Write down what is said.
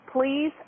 please